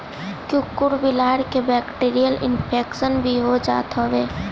कुकूर बिलार के बैक्टीरियल इन्फेक्शन भी हो जात हवे